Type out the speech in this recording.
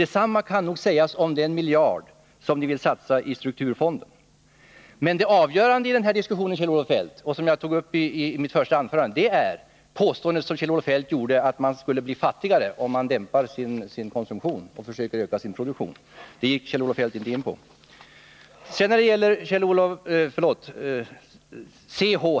Detsamma kan nog sägas om den miljard som ni vill satsa i strukturfonden. Men det avgörande i den här diskussionen, Kjell-Olof Feldt, och det som jag tog upp i mitt första anförande är det påstående som Kjell-Olof Feldt gjorde, att man skulle bli fattigare om man skulle dämpa sin konsumtion och försöka öka sin produktion. Men det gick inte Kjell-Olof Feldt in på. När det gäller C.-H.